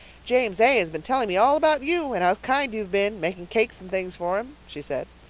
james a. has been telling me all about you and how kind you've been, making cakes and things for him, she said.